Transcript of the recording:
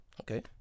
okay